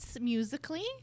musically